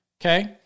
okay